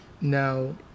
Now